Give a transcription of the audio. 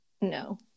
No